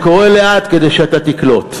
אני קורא לאט כדי שאתה תקלוט.